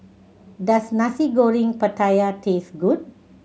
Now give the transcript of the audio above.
does Nasi Goreng Pattaya taste good